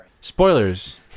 spoilers